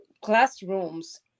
classrooms